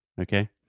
Okay